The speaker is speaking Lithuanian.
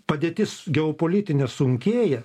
padėtis geopolitinė sunkėja